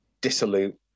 dissolute